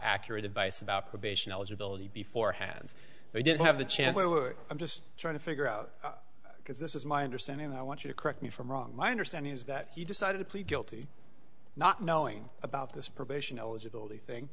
accurate advice about probation eligibility before hand they didn't have the chance i'm just trying to figure out because this is my understanding i want you to correct me from wrong my understanding is that he decided to plead guilty not knowing about this